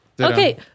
Okay